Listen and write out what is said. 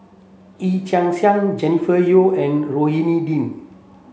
Yee Chia Hsing Jennifer Yeo and Rohani Din